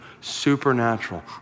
supernatural